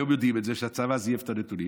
היום יודעים את זה שהצבא זייף את הנתונים.